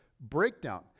breakdown